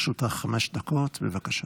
לרשותך חמש דקות, בבקשה.